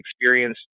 experience